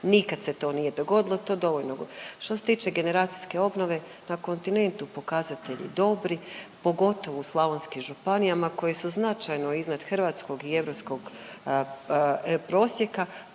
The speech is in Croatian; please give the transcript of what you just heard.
nikad se to nije dogodilo, to dovoljno go…. Što se tiče generacijske obnove, na kontinentu pokazatelji dobri, pogotovo u slavonskim županijama koje su značajno iznad hrvatskog i europskog prosjeka,